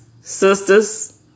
sisters